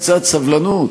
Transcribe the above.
קצת סבלנות,